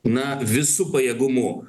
na visu pajėgumu